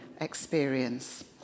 experience